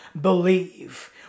believe